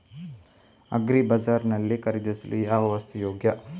Agri ಬಜಾರ್ ನಲ್ಲಿ ಖರೀದಿಸಲು ಯಾವ ವಸ್ತು ಯೋಗ್ಯ?